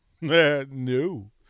no